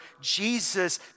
Jesus